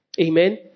Amen